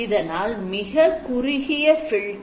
இதனால் மிக குறுகிய filter நமக்கு கிடைக்கும்